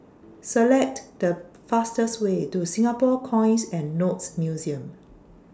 Select The fastest Way to Singapore Coins and Notes Museum